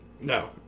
No